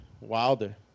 Wilder